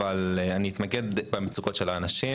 על ידי אחרים, אז אני אתמקד במצוקות של האנשים.